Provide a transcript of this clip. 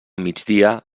migdia